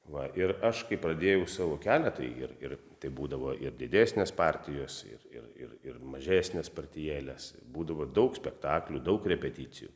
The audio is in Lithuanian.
va ir aš kai pradėjau savo kelią tai ir ir tai būdavo ir didesnės partijos ir ir ir ir mažesnės partijėlės būdavo daug spektaklių daug repeticijų